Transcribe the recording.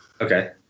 Okay